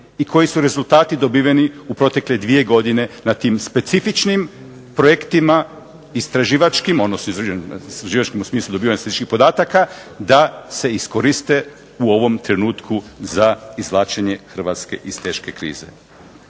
i koji su rezultati dobiveni u protekle dvije godine na tim specifičnim projektima istraživačkim, odnosno istraživačkim u smislu dobivanja sličnih podataka, da se iskoriste u ovom trenutku za izvlačenje Hrvatske iz teške krize.